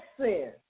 sin